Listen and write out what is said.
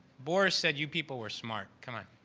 bori said you people were smart. come on.